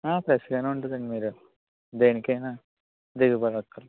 ఫ్రెష్గా ఉంటుంది అండి మీరు దేనికైనా దిగులు పడక్కర్లేదు